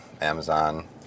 Amazon